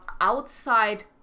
outside